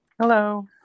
Hello